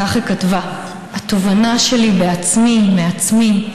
כך היא כתבה: "התובנה שלי בעצמי מעצמי,